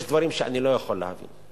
יש דברים שאני לא יכול להבין.